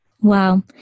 Wow